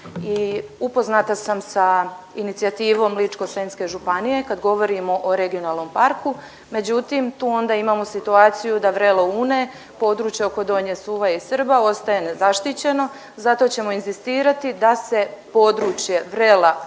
I upoznata sam sa inicijativom Ličko-senjske županije kad govorimo o regionalnom parku, međutim tu onda imamo situaciju da Vrelo Une, područje oko Donje Suvaje i Srba ostaje nezaštićeno. Zato ćemo inzistirati da se područje vrela